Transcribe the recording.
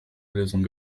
lösung